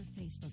Facebook